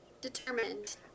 determined